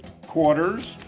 quarters